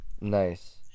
Nice